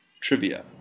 trivia